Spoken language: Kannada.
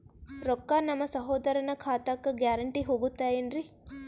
ರೊಕ್ಕ ನಮ್ಮಸಹೋದರನ ಖಾತಕ್ಕ ಗ್ಯಾರಂಟಿ ಹೊಗುತೇನ್ರಿ?